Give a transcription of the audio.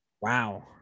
Wow